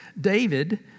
David